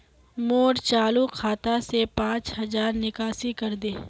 मोर चालु खाता से पांच हज़ारर निकासी करे दे